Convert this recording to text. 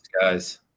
guys